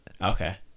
Okay